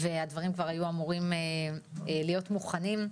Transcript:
הדברים כבר היו אמורים להיות מוכנים.